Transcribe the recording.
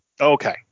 Okay